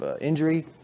injury